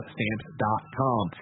Stamps.com